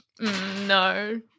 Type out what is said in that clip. no